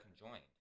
conjoined